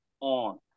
on